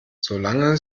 solange